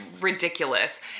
ridiculous